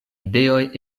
ideoj